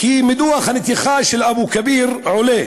כי מדוח הנתיחה של אבו-כביר עולה